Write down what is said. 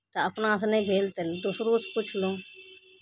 तऽ अपनासँ नहि भेल तऽ दोसरोसँ पुछलहुँ